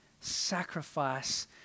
sacrifice